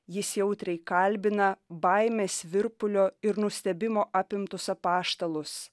jis jautriai kalbina baimės virpulio ir nustebimo apimtus apaštalus